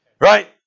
Right